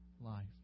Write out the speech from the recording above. life